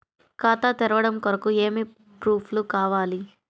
ఖాతా తెరవడం కొరకు ఏమి ప్రూఫ్లు కావాలి?